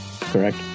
Correct